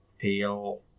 feel